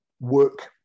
work